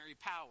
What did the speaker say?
power